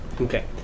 Okay